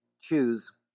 choose